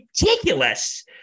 ridiculous